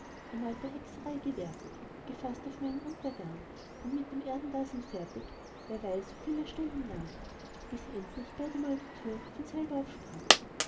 erneuter hexerei gewärtig gefaßt auf meinen untergang und mit dem erdendasein fertig wer weiß wieviele stunden lang bis endlich beidemal die tür von selber aufsprang